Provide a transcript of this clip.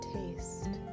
taste